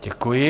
Děkuji.